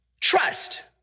Trust